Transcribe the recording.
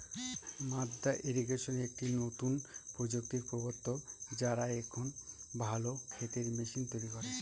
মাদ্দা ইরিগেশন একটি নতুন প্রযুক্তির প্রবর্তক, যারা এখন ভালো ক্ষেতের মেশিন তৈরী করে